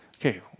okay